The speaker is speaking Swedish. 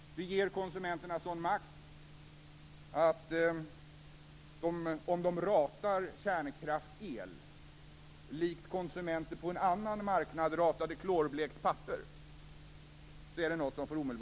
Det ger konsumenterna en sådan makt att det får omedelbart genomslag om de ratar kärnkraftsel, likt konsumenter på en annan marknad ratade klorblekt papper.